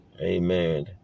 Amen